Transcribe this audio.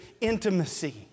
intimacy